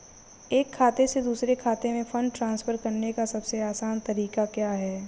एक खाते से दूसरे खाते में फंड ट्रांसफर करने का सबसे आसान तरीका क्या है?